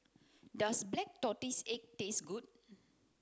does black tortoise cake taste good